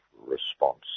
response